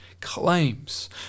claims